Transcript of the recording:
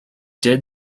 did